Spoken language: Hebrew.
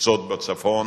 ביצות בצפון,